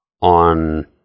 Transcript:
on